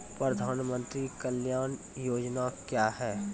प्रधानमंत्री कल्याण योजना क्या हैं?